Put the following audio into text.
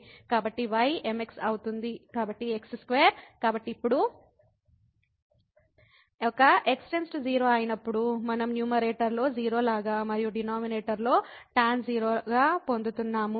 కాబట్టి ymx అవుతుంది కాబట్టి x2 కాబట్టి ఇప్పుడు ఒక x → 0 అయినప్పుడు మనం న్యూమరేటర్ లో 0 లాగా మరియు డినామినేటర్ లో tan0 గా పొందుతున్నాము